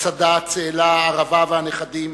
מצדה, צאלה וערבה והנכדים,